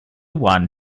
one